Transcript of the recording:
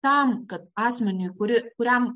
tam kad asmeniui kuri kuriam